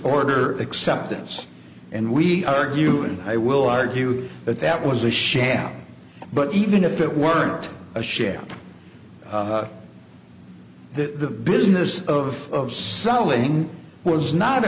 order acceptance and we argue and i will argue that that was a sham but even if it were a sham the business of selling was not